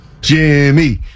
Jimmy